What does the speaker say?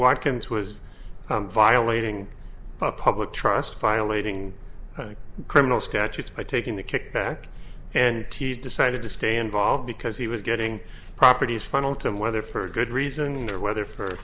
watkins was violating public trust violating criminal statutes by taking the kickback and t s decided to stay involved because he was getting properties funnel to him whether for good reason or whether for